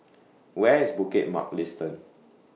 Where IS Bukit Mugliston